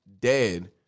dead